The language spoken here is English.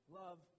love